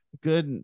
good